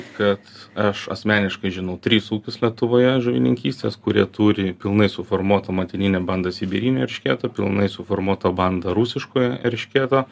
kad aš asmeniškai žinau tris ūkius lietuvoje žuvininkystės kurie turi pilnai suformuotą motininę bandą sibirinio eršketo pilnai suformuotą bandą rusiškojo eršketo